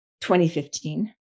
2015